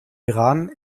iran